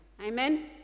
Amen